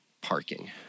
parking